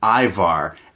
Ivar